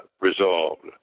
resolved